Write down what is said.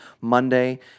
Monday